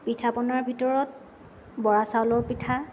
পিঠা পনাৰ ভিতৰত বৰা চাউলৰ পিঠা